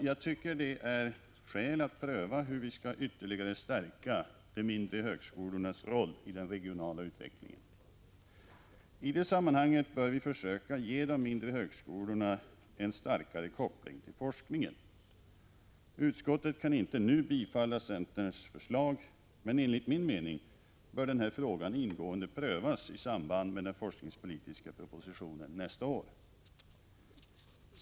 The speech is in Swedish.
Jag tycker att det finns skäl att pröva hur vi skall ytterligare stärka de mindre högskolornas roll i den regionala utvecklingen. I det sammanhanget bör vi försöka ge de mindre högskolorna en starkare koppling till forskningen. Utskottet kan inte nu tillstyrka centerpartiets förslag, men enligt min mening bör den här frågan ingående prövas i samband med den forskningspolitiska propositionen nästa äv.